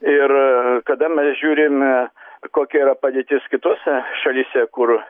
ir kada mes žiūrime kokia yra padėtis kitose šalyse kur